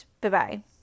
Bye-bye